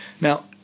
Now